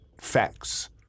facts